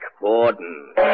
Borden